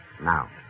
Now